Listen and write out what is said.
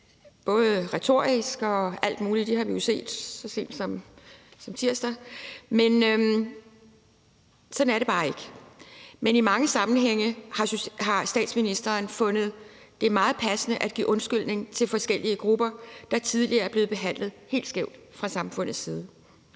både retorisk og alt muligt. Det har vi jo set så sent som tirsdag. Sådan er det bare ikke. I mange sammenhænge har statsministeren fundet det meget passende at give en undskyldning til forskellige grupper, der tidligere er blevet behandlet helt skævt fra samfundets side,